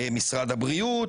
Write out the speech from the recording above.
משרד הבריאות,